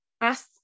ask